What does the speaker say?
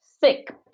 thick